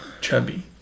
Chubby